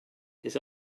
his